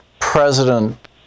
president